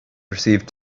received